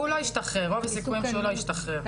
רוב הסיכויים הם שהוא לא ישתחרר.